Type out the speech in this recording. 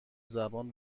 زبان